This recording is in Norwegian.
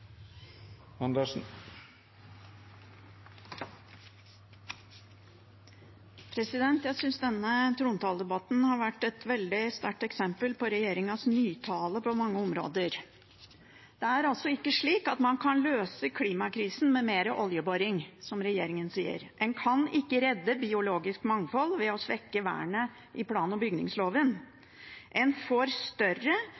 Jeg synes denne trontaledebatten har vært et veldig sterkt eksempel på regjeringens nytale på mange områder. Det er ikke slik at man kan løse klimakrisen med mer oljeboring, som regjeringen sier. En kan ikke redde biologisk mangfold ved å svekke vernet i plan- og